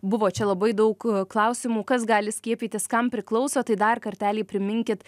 buvo čia labai daug klausimų kas gali skiepytis kam priklauso tai dar kartelį priminkit